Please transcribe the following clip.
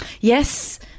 Yes